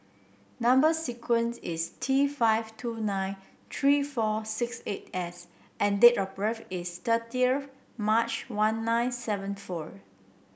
number sequence is T five two nine three four six eight S and date of birth is thirtieth March one nine seven four